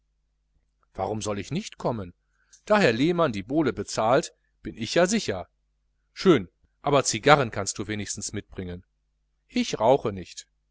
warum soll ich nicht kommen da herr lehmann die bowle bezahlt bin ich ja sicher schön aber cigarren kannst du wenigstens mitbringen ich rauche nicht